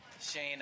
Shane